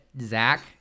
Zach